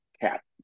cat